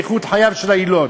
באיכות חייו של היילוד.